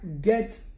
get